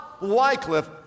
Wycliffe